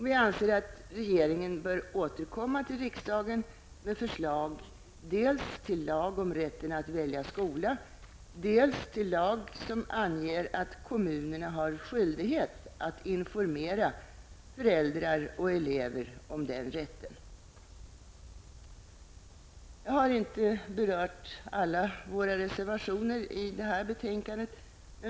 Vi anser att regeringen bör återkomma till riksdagen med förslag dels till lag om rätten att välja skola, dels till lag som anger att kommunerna har skyldighet att informera föräldrar och elever om den rätten. Jag har inte berört alla våra reservationer till detta betänkande.